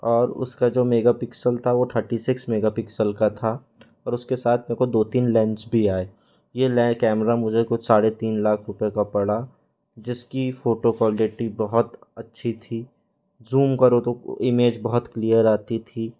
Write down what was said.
और उसका जो मेगापिक्सल था वो थर्टी सिक्स मेगापिक्सल का था और उसके साथ मेरको दो तीन लेंस भी आए ये नया कैमरा मुझे कुछ साढ़े तीन लाख रुपये का पड़ा जिसकी फ़ोटो क्वालिटी बहुत अच्छी थी ज़ूम करो तो इमेज बहुत क्लियर आती थी